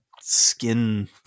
skin